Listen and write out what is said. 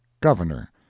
governor